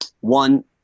One